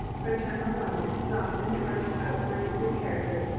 paternal love softened the harsh outlines of his character,